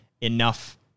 enough